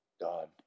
God